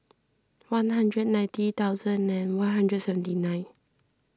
one hundred ninety thousand and one hundred seventy nine